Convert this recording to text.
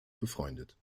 befreundet